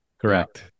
Correct